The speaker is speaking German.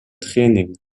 training